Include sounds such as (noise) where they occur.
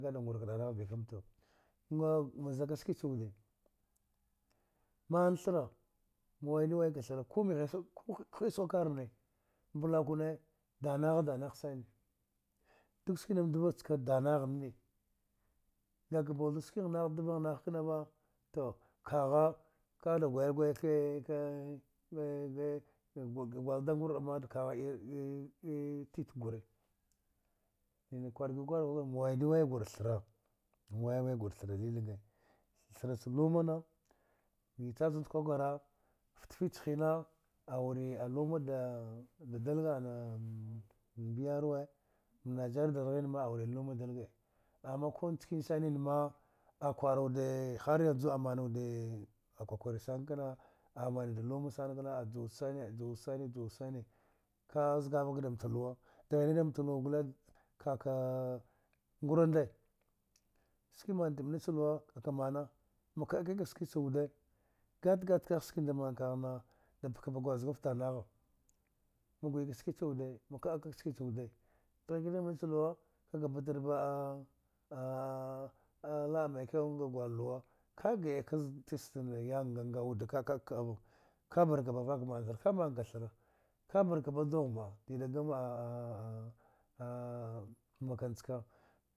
Kada nguraka danagh va ikamta nga ma zaka ski cha wude man thra ma waidu wai ka thra kumghe ku ha isk kar karne mblakune danagha danagh sane dag skina mdva chka danghane ngaka mbaldu skigh nagh dvagh nagh knava tu kagha kagh da gwei gwai ke (hesitation) ka ga gwal dangur'ama (hesitation) titkwe gui nina kwar guri kwaragh kwara ma waidu wai gur thra ma waya wai gur thra lilinge thra cha luma na ya cha chama wud kwa kwara fta fich hina awuri a luma da da dalga ana mbiyarwe mnajeriya dad ghin ma awuri luma daige ama kun chkani saninma akwaru wude e har yanju amanu wudee a kwakwarin sana kna amanud luma sana kna a juwaud sane a juwaud sane juwaud sane kaa zgavghaka damta luwa dghika damta luwa gule kaka ngura nde ski manta mnachi luwa kaka mana ma ka'a ka'a ka ski cha wude gat gat kagh skinda man kagh na da pka bag gwazgaft danagha ma ugyaka ski cha wude ma ka'a ka'a ka skii cha wude dghika damnicha luwa ka ka batar ba a (hesitation) a la'a maikewa nga gwal lukwa ka'a gi akaz tischan yanga nga wud ka ka'a ka ka'au kabar kaba vak man thra ka man ka thra ka bar ka b dugh ma dida gam (hesitation) makan chka